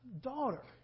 daughter